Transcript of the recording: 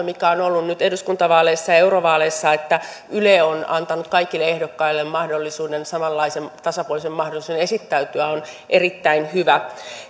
mikä on ollut nyt eduskuntavaaleissa ja eurovaaleissa että yle on antanut kaikille ehdokkaille mahdollisuuden samanlaisen tasapuolisen mahdollisuuden esittäytyä on erittäin hyvä